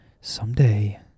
someday